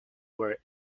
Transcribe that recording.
were